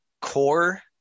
core